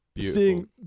Seeing